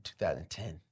2010